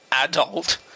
adult